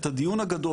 את הדיון הגדול,